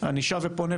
אני שב ופונה,